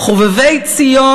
"חובבי ציון",